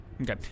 Okay